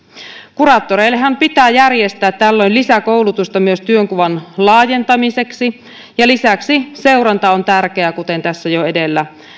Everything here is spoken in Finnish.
kuraattoreillehan pitää järjestää tällöin lisäkoulutusta myös työnkuvan laajentamiseksi ja lisäksi seuranta on tärkeää kuten tässä jo edellä